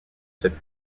cette